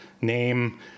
name